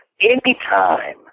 Anytime